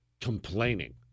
complaining